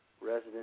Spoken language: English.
resident